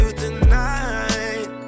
tonight